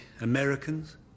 Americans